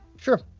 Sure